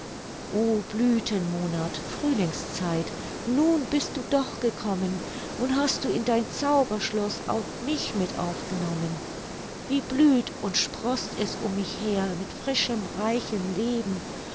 o blüthenmonat frühlingszeit nun bist du doch gekommen nun hast du in dein zauberschloß auch mich mit aufgenommen wie blüht und sproßt es um mich her mit frischem reichem leben